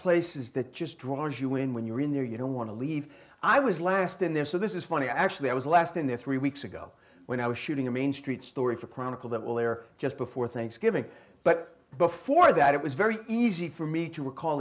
places that just draws you in when you're in there you don't want to leave i was last in there so this is funny actually i was last in there three weeks ago when i was shooting a main street story for chronicle that will air just before thanksgiving but before that it was very easy for me to recall